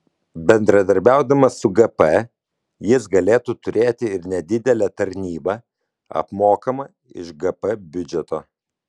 bendradarbiaudamas su gp jis galėtų turėti ir nedidelę tarnybą apmokamą iš gp biudžeto